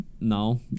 No